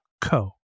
co